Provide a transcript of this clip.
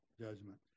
judgment